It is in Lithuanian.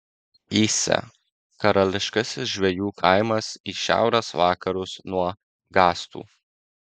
įsė karališkasis žvejų kaimas į šiaurės vakarus nuo gastų